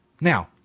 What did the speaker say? Now